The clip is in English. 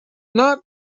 not